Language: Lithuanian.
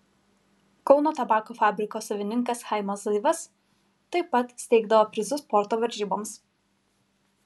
kauno tabako fabriko savininkas chaimas zivas taip pat steigdavo prizus sporto varžyboms